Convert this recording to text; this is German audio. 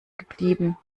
geblieben